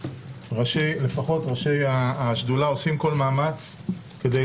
לפחות ראשי השדולה עושים כל מאמץ כדי